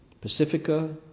Pacifica